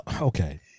okay